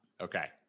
Okay